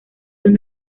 son